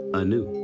anew